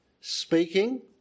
speaking